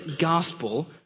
gospel